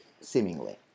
seemingly